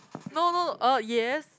no no uh yes